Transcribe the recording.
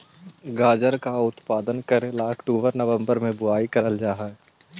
गाजर का उत्पादन करे ला अक्टूबर नवंबर में बुवाई करल जा हई